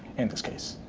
in this case.